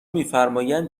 میفرمایند